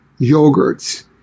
yogurts